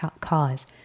cause